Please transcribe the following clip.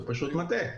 הוא פשוט מטעה.